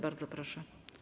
Bardzo proszę.